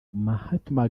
mahatma